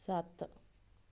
ਸੱਤ